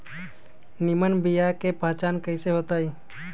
निमन बीया के पहचान कईसे होतई?